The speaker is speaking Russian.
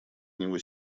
него